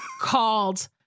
called